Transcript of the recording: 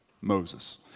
Moses